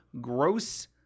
gross